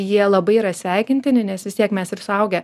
jie labai yra sveikintini nes vis tiek mes ir suaugę